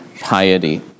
piety